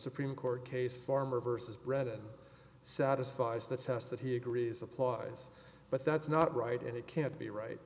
supreme court case farmer versus brett it satisfies the test that he agrees applies but that's not right and it can't be right